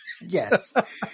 Yes